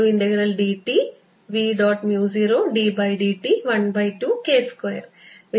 dSdt V